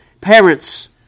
parents